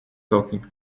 talking